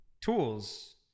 tools